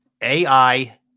AI